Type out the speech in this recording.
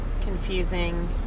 confusing